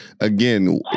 again